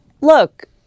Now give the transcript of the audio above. look